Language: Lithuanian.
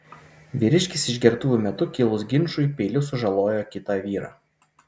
vyriškis išgertuvių metu kilus ginčui peiliu sužalojo kitą vyrą